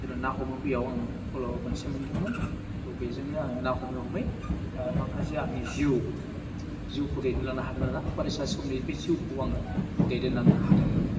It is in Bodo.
जेन' ना हमो बेयाव आङो फल' मोनसे मोन्दोंमोन थ' बेजोंनो आङो ना हमै हमै माखासे आंनि जिउ जिउखौ दैदेनलांनो हादों आरो फरायसा समनि बे जिउखौ आङो दैदेनलांनो हादोंमोन